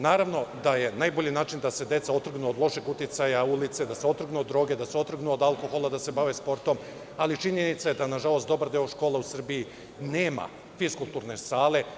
Naravno da je najbolji način da se deca otrgnu od lošeg uticaja ulice, da se otrgnu od droge, da se otrgnu od alkohola, da se bave sportom, ali činjenica je da, nažalost, dobar deo škola u Srbiji nema fiskulturne sale.